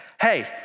hey